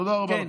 תודה רבה.